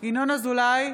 ינון אזולאי,